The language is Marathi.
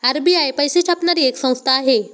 आर.बी.आय पैसे छापणारी एक संस्था आहे